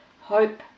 hope